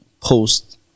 post